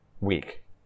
week